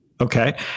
Okay